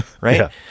right